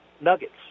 Nuggets